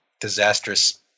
disastrous